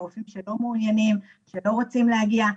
רופאים שלא מעוניינים ושלא רוצים להגיע,